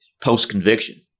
post-conviction